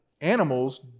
Animals